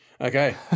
Okay